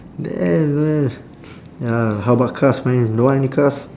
then uh ya how about cars man you don't want any cars